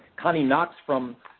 konnie knox from